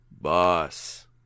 Boss